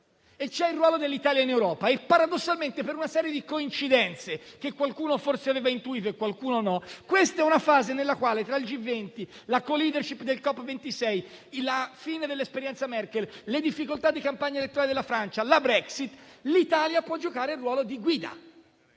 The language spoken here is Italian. c'è il ruolo dell'Italia nel mondo e in Europa. Paradossalmente, per una serie di coincidenze che qualcuno forse aveva intuito, mentre altri non l'avevano fatto, questa è una fase nella quale tra il G20, la *co*-*leadership* della COP26, la fine dell'esperienza Merkel, le difficoltà di campagna elettorale della Francia e la Brexit l'Italia può giocare il ruolo di guida.